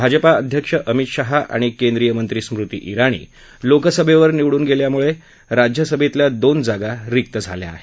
भाजपा अध्यक्ष अमित शहा आणि केंद्रीय मंत्री स्मृती ईराणी लोकसभेवर निवडून गेल्यामुळे राज्यसभेतल्या दोन जागा रिक्त झाल्या आहेत